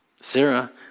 Sarah